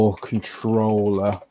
controller